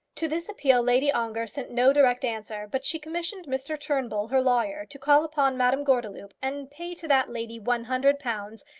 to this appeal lady ongar sent no direct answer, but she commissioned mr. turnbull, her lawyer, to call upon madame gordeloup and pay to that lady one hundred pounds,